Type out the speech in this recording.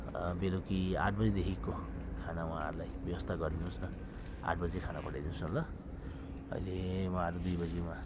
बेलुकी आठ बजेदेखिको खाना उहाँहरूलाई व्यवस्था गरिदिनु होस् न आठ बजे खाना पठाइदिनु होस् न ल अहिले उहाँहरू दुई बजे उहाँ